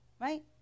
Right